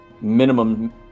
Minimum